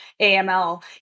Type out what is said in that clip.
AML